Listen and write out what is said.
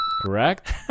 correct